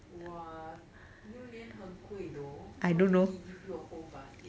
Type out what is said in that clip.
!wah! 榴莲很贵 though how can he give you a whole basket